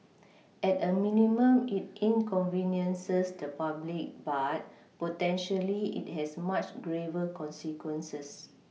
at a minimum it inconveniences the public but potentially it has much graver consequences